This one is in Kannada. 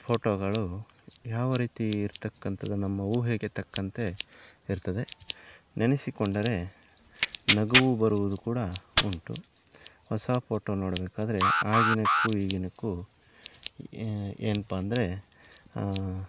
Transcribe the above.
ಫೋಟೊಗಳು ಯಾವ ರೀತಿ ಇರ್ತಕ್ಕಂಥದ್ದು ನಮ್ಮ ಊಹೆಗೆ ತಕ್ಕಂತೆ ಇರ್ತದೆ ನೆನೆಸಿಕೊಂಡರೆ ನಗುವು ಬರುವುದು ಕೂಡ ಉಂಟು ಹೊಸ ಪೋಟೊ ನೋಡಬೇಕಾದ್ರೆ ಆಗಿನದಕ್ಕೂ ಈಗಿನದಕ್ಕೂ ಏನಪ್ಪಾ ಅಂದರೆ